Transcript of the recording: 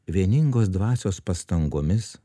vieningos dvasios pastangomis